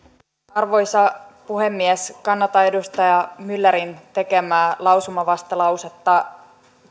arvoisa puhemies kannatan edustaja myllerin tekemää lausumavastalausetta